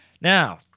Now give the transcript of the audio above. Now